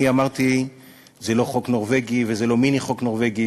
אמרתי שזה לא חוק נורבגי וזה לא מיני חוק נורבגי,